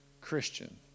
Christian